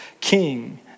king